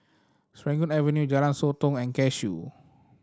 Serangoon Avenue Jalan Sotong and Cashew